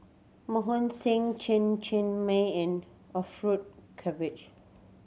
Mohan Singh Chen Cheng Mei and Orfeur Cavenagh